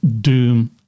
doom